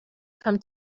come